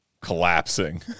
collapsing